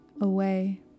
away